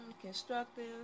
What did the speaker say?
constructive